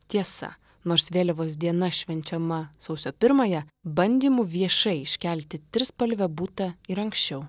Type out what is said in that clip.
tiesa nors vėliavos diena švenčiama sausio pirmąją bandymų viešai iškelti trispalvę būta ir anksčiau